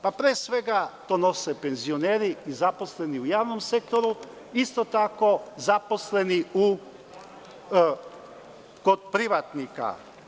Pa, pre svega to nose penzioneri, zaposleni u javnom sektoru, isto tako zaposleni kod privatnika.